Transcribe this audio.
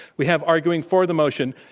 we have, arguing for the motion,